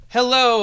Hello